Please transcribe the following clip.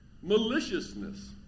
maliciousness